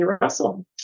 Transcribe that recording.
Russell